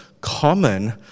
common